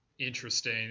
interesting